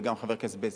וגם חבר הכנסת בילסקי.